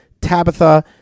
Tabitha